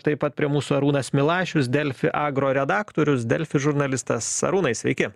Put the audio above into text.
taip pat prie mūsų arūnas milašius delfi agro redaktorius delfi žurnalistas arūnai sveiki